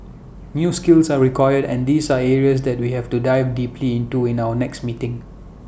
new skills are required and these are areas that we have to dive deeply into in our next meeting